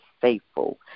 faithful